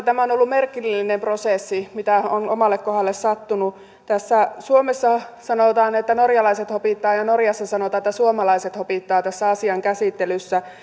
tämä on ollut merkillisin prosessi mitä on omalle kohdalle sattunut suomessa sanotaan että norjalaiset hopittavat ja norjassa sanotaan että suomalaiset hopittavat tässä asian käsittelyssä